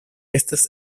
estas